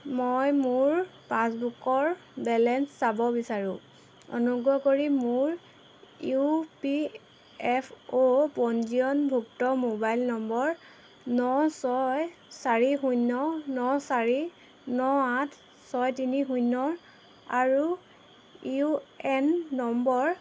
মই মোৰ পাছবুকৰ বেলেঞ্চ চাব বিচাৰোঁ অনুগ্ৰহ কৰি মোৰ ইউ পি এফ অ' পঞ্জীয়নভুক্ত মোবাইল নম্বৰ ন ছয় চাৰি শূন্য ন চাৰি ন আঠ ছয় তিনি শূন্য আৰু ইউ এন নম্বৰ